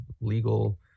legal